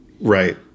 Right